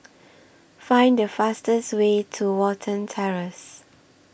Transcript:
Find The fastest Way to Watten Terrace